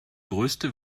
größte